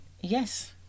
Yes